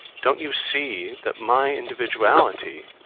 don't you see that my individuality,